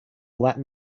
latin